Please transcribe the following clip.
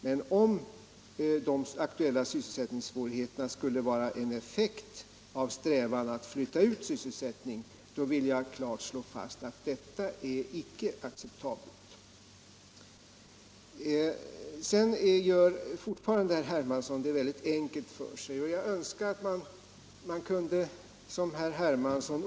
Men om de aktuella sysselsättningssvårigheterna skulle vara en effekt av en strävan att flytta ut sysselsättning vill jag klart slå fast att detta inte är acceptabelt. Herr Hermansson gör det fortfarande väldigt enkelt för sig.